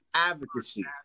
advocacy